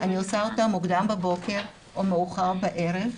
אני עושה אותם מוקדם בבוקר או מאוחר בערב.